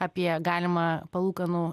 apie galimą palūkanų